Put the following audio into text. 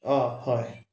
অঁ হয়